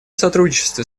сотрудничестве